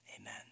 Amen